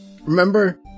Remember